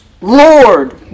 Lord